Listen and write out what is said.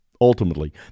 Ultimately